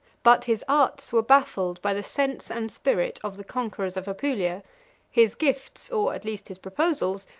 but his arts were baffled by the sense and spirit of the conquerors of apulia his gifts, or at least his proposals,